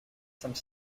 some